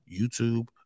YouTube